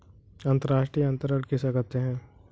अंतर्राष्ट्रीय अंतरण किसे कहते हैं?